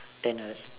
then the